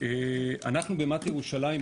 אנחנו במט"י ירושלים,